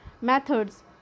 methods